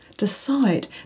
Decide